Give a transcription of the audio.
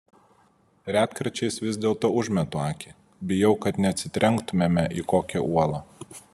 retkarčiais vis dėlto užmetu akį bijau kad neatsitrenktumėme į kokią uolą